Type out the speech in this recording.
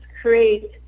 create